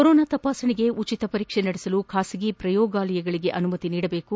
corona ಸೋಂಕು ತಪಾಸಣೆಗೆ ಉಚಿತ ಪರೀಕ್ಷೆ ನಡೆಸಲು ಖಾಸಗಿ ಪ್ರಯೋಗಾಲಯಗಳಿಗೆ ಅನುಮತಿ ನೀಡಬೇಕು